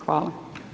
Hvala.